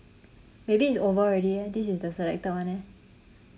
maybe it's over already eh this is the selected one eh